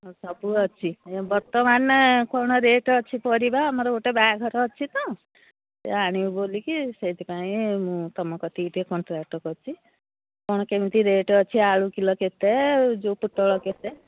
ହଁ ସବୁ ଅଛି ଆଜ୍ଞା ବର୍ତ୍ତମାନ୍ କ'ଣ ରେଟ୍ ଅଛି ପରିବା ଆମର ଗୋଟେ ବାହାଘର ଅଛି ତ ସେ ଆଣିବୁ ବୋଲିକି ସେଇଥିପାଇଁ ମୁଁ ତମ କତିକି ଟିକେ କଣ୍ଟ୍ରାକ୍ଟ କରିଛି କ'ଣ କେମିତି ରେଟ୍ ଅଛି ଆଳୁ କିଲୋ କେତେ ଯୋଉ ପୋଟଳ କେତେ